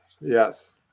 Yes